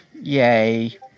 Yay